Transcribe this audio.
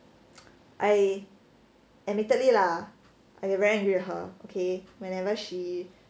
I admittedly lah I get very angry with her okay whenever she